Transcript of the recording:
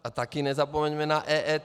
A taky nezapomeňme na EET.